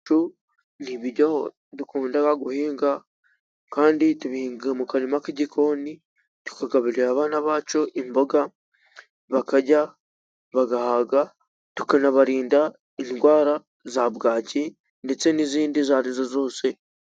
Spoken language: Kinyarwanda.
Amashu niyo dukunda guhinga kandi duhinga mu karima k'igikoni tukagaburira abana bacu imboga, bakarya bagahaga tukanabarinda indwara za bwaki ndetse n'izindi izo arizo zose.